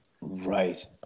Right